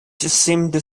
seemed